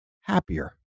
happier